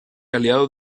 aliados